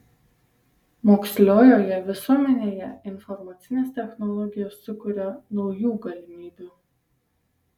moksliojoje visuomenėje informacinės technologijos sukuria naujų galimybių